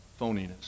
phoniness